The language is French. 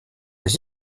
les